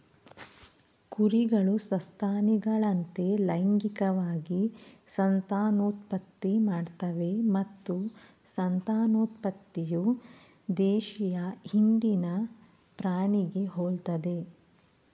ಕುರಿಗಳು ಸಸ್ತನಿಗಳಂತೆ ಲೈಂಗಿಕವಾಗಿ ಸಂತಾನೋತ್ಪತ್ತಿ ಮಾಡ್ತವೆ ಮತ್ತು ಸಂತಾನೋತ್ಪತ್ತಿಯು ದೇಶೀಯ ಹಿಂಡಿನ ಪ್ರಾಣಿಗೆ ಹೋಲ್ತದೆ